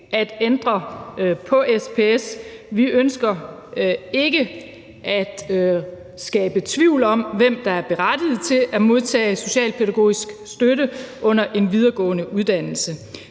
at ændre på SPS; vi ønsker ikke at skabe tvivl om, hvem der er berettiget til at modtage specialpædagogisk støtte under en videregående uddannelse.